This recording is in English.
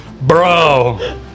Bro